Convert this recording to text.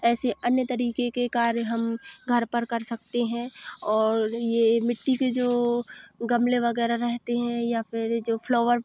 ऐसे अन्य तरीके के कार्य हम घर पर कर सकते हैं और ये मिट्टी पे जो गमले वगैरह रहते हैं या फिर जो फ्लोवर